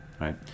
right